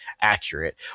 accurate